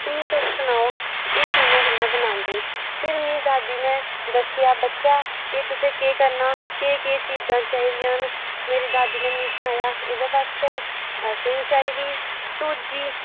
ते मीं तुस सनाओ एह् कियां किय़ां बनांदे न फिर मीं दादी नै दस्सेआ बच्चा के तुसैं केह् करना केह् केह् चीजां चाही दियां न मिगी मेरी दादी नै सनाया एह्दै बास्तै असेंई चाही दी सूजी